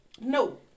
no